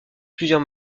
plusieurs